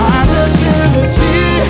Positivity